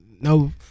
no